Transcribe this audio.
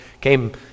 came